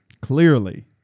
clearly